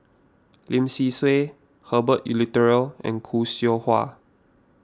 Lim Swee Say Herbert Eleuterio and Khoo Seow Hwa